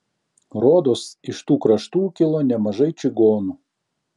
rodos iš tų kraštų kilo nemažai čigonų